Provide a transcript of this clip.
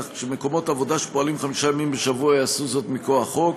כך שמקומות עבודה שפועלים חמישה ימים בשבוע יעשו זאת מכוח חוק,